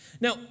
Now